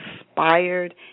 inspired